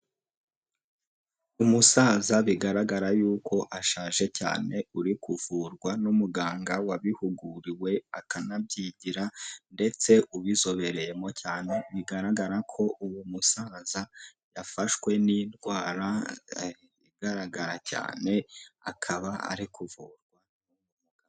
Umusaza bigaragara yuko ashaje cyane uri kuvurwa n'umuganga wabihuguriwe akanabyigira ndetse ubizobereyemo cyane, bigaragara ko uwo musaza yafashwe n'indwara igaragara cyane akaba ari kuvurwa.